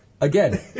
Again